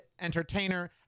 entertainer